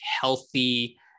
healthy